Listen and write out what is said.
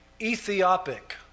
Ethiopic